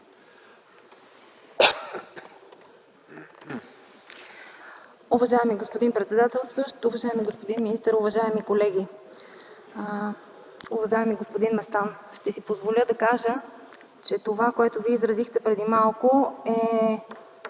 Уважаеми господин председателстващ, уважаеми господин министър, уважаеми колеги! Уважаеми господин Местан, ще си позволя да кажа, че това, което Вие изразихте преди малко, е